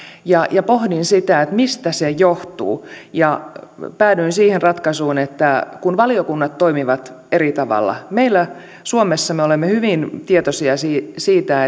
pohdin sitä mistä se johtuu ja päädyin siihen että siitä että valiokunnat toimivat eri tavalla meillä suomessa me olemme hyvin tietoisia siitä siitä